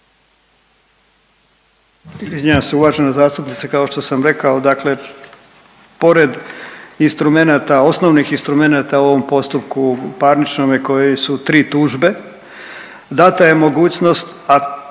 Izvinjavam se, uvažena zastupnice kao što sam rekao dakle pored instrumenata, osnovnih instrumenata u ovom postupku parničnome koje su tri tužbe data je mogućnost, a